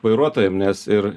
vairuotojam nes ir